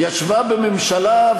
ישבה בממשלה,